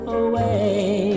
away